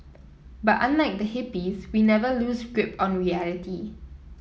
but unlike the hippies we never lose grip on reality